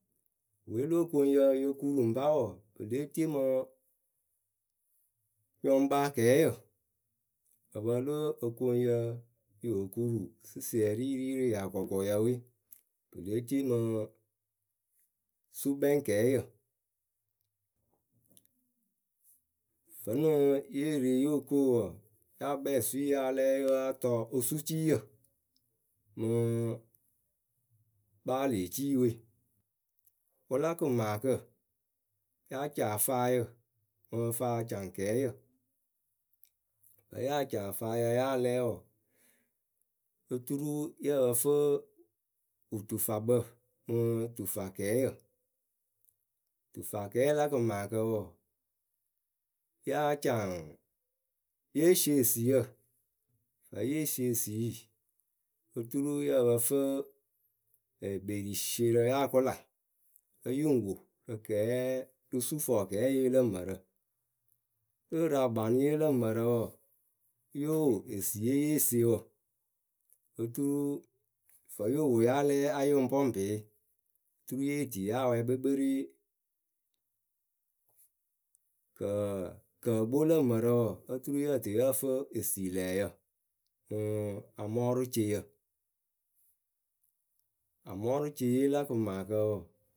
opɨwe lo okoŋyǝ yo kuru ŋpa wɔɔ pɨ lée tie mɨ nyɔŋkpaakɛɛyǝ.,Ǝpǝ lo okoŋyǝ yoo kuru sɩsiɛrɩ yɨ ri rɨ yakɔkɔyǝ we, pɨ lée tie mɨ sukpɛŋkɛɛyǝ Vǝ́nɨŋ ye re yo ko wɔɔ, ya kpɛŋ osui ya lɛ yáa tɔ osuciiyǝ mɨ. kpaalɨeciiwe, wɨla kɨmaakǝ. yáa caŋ afaayǝ mɨ faacaŋkɛɛyǝ. Vǝ́ ya caŋ afaayǝ ya lɛ wɔɔ,. oturu yǝǝ pǝ fɨ wɨtufakpǝ mɨ tufakɛɛyǝ Tufakɛɛyǝ la kɨmaakǝ wɔɔ, yáa caŋ. yée sie esiyǝ Vǝ́ ye sie esii oturu yǝ pǝ fɨɨ,ɛɛ gberisierǝ ya kʊla O yɨ ŋ wo rɨ kɛɛ rɨ sufɔkɛɛye lǝ mǝrǝ Lɨɨrɨakpanɨye lǝ mǝrǝ wɔɔ, yóo wo esiiye ye sie wǝ. Oturu vǝ́ yo wo ya lɛ a yɨ ŋ pɔŋpɩɩ turu ye tii ya wɛ kpekperee, kǝǝ, kǝǝkpo lǝ mǝrǝ wɔɔ oturu yǝ tɨ yǝ fɨ esilɛɛyǝ., amɔɔrʊceyǝ amɔɔrʊceye la kɨmaakǝ wɔɔ.